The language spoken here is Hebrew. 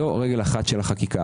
זו רגל אחת של החקיקה.